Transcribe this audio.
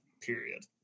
Period